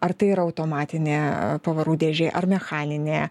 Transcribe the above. ar tai yra automatinė pavarų dėžė ar mechaninė